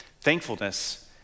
Thankfulness